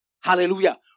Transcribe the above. Hallelujah